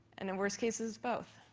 and in worst cases, both.